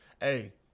hey